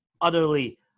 utterly